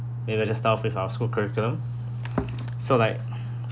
maybe I'll just start off with our school curriculum so like